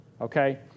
Okay